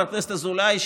חבר הכנסת אזולאי,